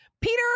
Peter